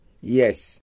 Yes